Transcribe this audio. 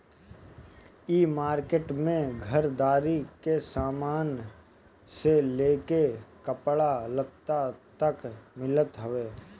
इ मार्किट में घरदारी के सामान से लेके कपड़ा लत्ता तक मिलत हवे